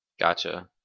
Gotcha